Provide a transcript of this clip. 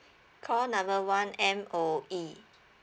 call number one M_O_E